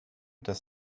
dass